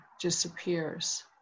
disappears